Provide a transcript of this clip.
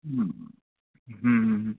হুম হুম হুম হুম